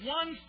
one